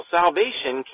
salvation